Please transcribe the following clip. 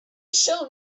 shall